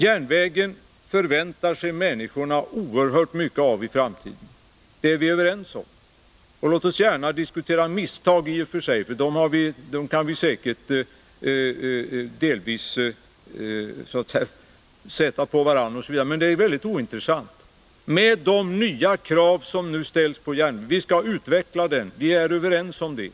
Människorna Nr 68 förväntar sig oerhört mycket av järnvägen i framtiden, det är vi överens om. Och låt oss gärna diskutera misstag i och för sig, för dem kan vi säkert delvis hänföra till varandra, men det är väldigt ointressant med hänsyn till de nya krav som nu ställs på järnvägen. Vi skall utveckla den — vi är överens om det.